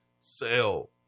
sell